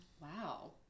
wow